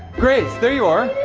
grace, there you are.